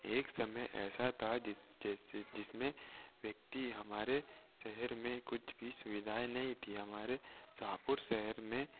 एक समय ऐसा था जिस जैसे जिसमें व्यक्ति हमारे शहर में कुछ भी सुविधाएँ नहीं थीं हमारे शाहपुर शहर में